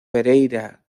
pereira